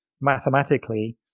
mathematically